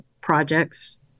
projects